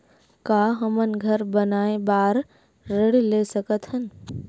का हमन घर बनाए बार ऋण ले सकत हन?